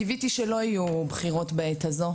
קיוויתי שלא יהיו בחירות בעת הזו,